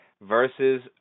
Versus